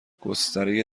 گستره